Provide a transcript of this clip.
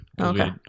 Okay